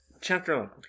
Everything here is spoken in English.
Chapter